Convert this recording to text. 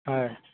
হয়